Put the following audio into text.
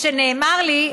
שנאמר לי,